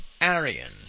Arian